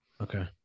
Okay